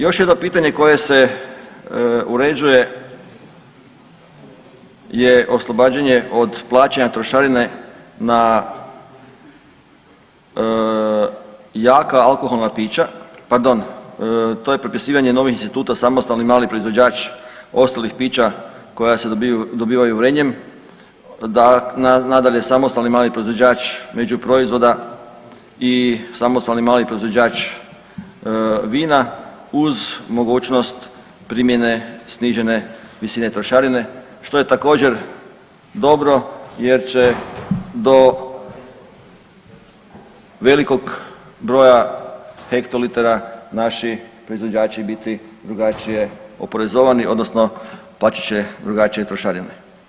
Još jedno pitanje koje se uređuje je oslobađanje od plaćanje trošarine na jaka alkoholna pića, pardon, to je propisivanje novih instituta samostalni mali proizvođač ostalih pića koja se dobivaju vrenjem, nadalje samostalni mali proizvođač među proizvoda i samostalni mali proizvođač vina uz mogućnost primjene snižene visine trošarine, što je također dobro jer će do velikog broja hektolitara, naši proizvođači biti drugačije oporezovani odnosno plaćat će drugačije trošarine.